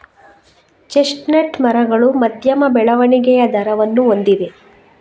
chestnut ಮರಗಳು ಮಧ್ಯಮ ಬೆಳವಣಿಗೆಯ ದರವನ್ನು ಹೊಂದಿವೆ